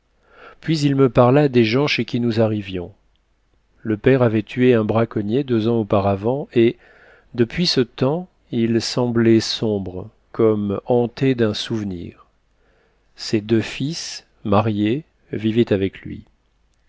puis il me parla des gens chez qui nous arrivions le père avait tué un braconnier deux ans auparavant et depuis ce temps il semblait sombre comme hanté d'un souvenir ses deux fils mariés vivaient avec lui